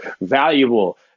valuable